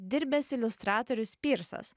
dirbęs iliustratorius pyrsas